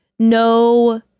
No